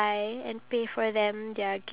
it's brown